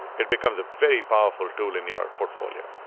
it becomes a very powerful tool in your portfolio.